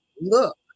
look